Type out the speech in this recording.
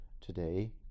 today